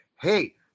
hey